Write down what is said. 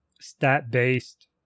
stat-based